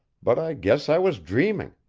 but i guess i was dreaming.